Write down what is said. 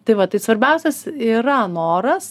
tai va tai svarbiausias yra noras